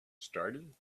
started